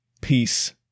Peace